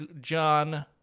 John